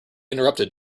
interrupted